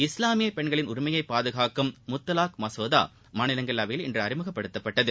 இஸ்லாமிய பெண்களின் உரிமையை பாதுகாக்கும் முத்தலாக் மசோதா மாநிலங்களவையில் இன்று அறிமுகப்படுத்தப்பட்டது